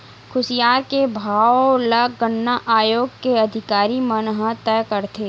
खुसियार के भाव ल गन्ना आयोग के अधिकारी मन ह तय करथे